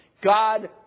God